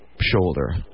shoulder